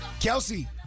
Kelsey